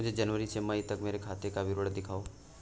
मुझे जनवरी से मई तक मेरे खाते का विवरण दिखाओ?